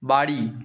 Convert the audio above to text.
বাড়ি